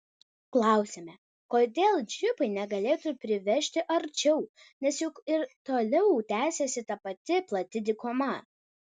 klausiame kodėl džipai negalėtų privežti arčiau nes juk ir toliau tęsiasi ta pati plati dykuma